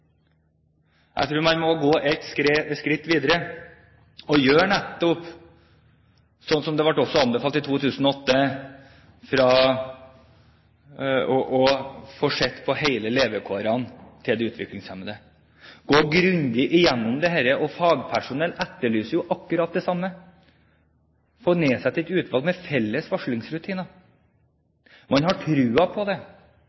Jeg tror man må gå et skritt videre og gjøre nettopp det som ble anbefalt i 2008: Se på levekårene til de utviklingshemmede og gå grundig gjennom det. Fagpersonell etterlyser jo akkurat det samme: å få nedsatt et utvalg med felles varslingsrutiner. Man har troen på det